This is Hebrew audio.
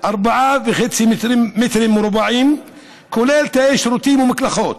4.5 מ"ר, כולל תאי שירותים ומקלחות,